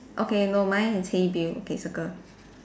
okay no mine is hey Bill okay circle